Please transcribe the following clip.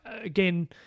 again